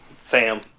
Sam